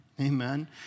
amen